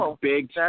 big